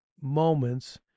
moments